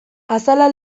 azala